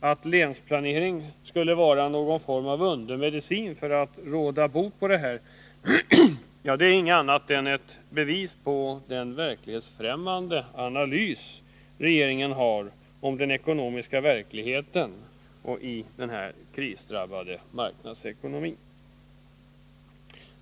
att länsplaneringen skulle vara någon form av undermedicin för att råda bot på detta, är inget annat än ett bevis på den verklighetsfrämmande analys regeringen gör av den ekonomiska verkligheten i denna krisdrabbade marknadsekonomi.